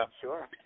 Sure